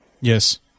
Yes